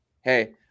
hey